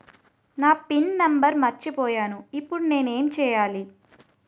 నా pin number మర్చిపోయాను ఇప్పుడు నేను ఎంచేయాలి?